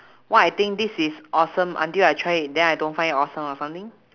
what I think this is awesome until I try it then I don't find it awesome or something